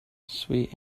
sweet